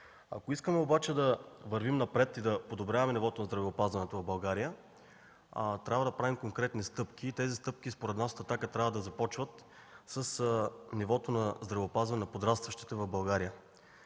Ако искаме обаче да вървим напред и да подобряваме нивото на здравеопазването в България, трябва да правим конкретни стъпки. Тези стъпки според нас от „Атака” трябва да започват с нивото на здравеопазването на подрастващите в България.